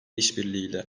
işbirliğiyle